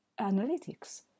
analytics